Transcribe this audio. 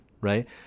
right